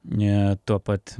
tuo pat